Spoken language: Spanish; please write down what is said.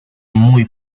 muy